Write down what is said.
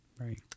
right